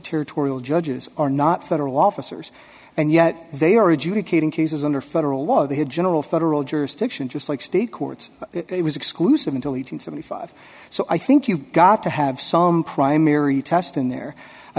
territorial judges are not federal officers and yet they are adjudicating cases under federal law they had general federal jurisdiction just like state courts exclusive until he turned seventy five so i think you got to have some primary test in there i